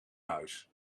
huis